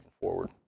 forward